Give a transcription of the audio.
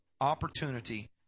opportunity